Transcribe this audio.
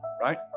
right